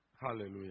Hallelujah